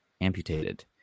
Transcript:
amputated